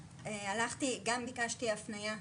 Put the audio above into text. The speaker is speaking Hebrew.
המחלה נשארת איתי.